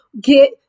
get